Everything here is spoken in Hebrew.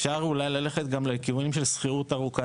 מה שאפשר זה ללכת גם לכיוונים של שכירות ארוכת